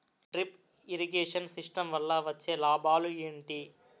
Drip irrigation system వల్ల వచ్చే లాభాలు ఏంటి?